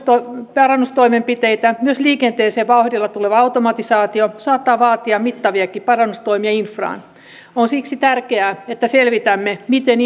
parannustoimenpiteitä ja myös liikenteeseen vauhdilla tuleva automatisaatio saattaa vaatia mittaviakin parannustoimia infraan on siksi tärkeää että selvitämme miten